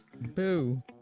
Boo